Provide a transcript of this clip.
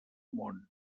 món